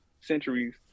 centuries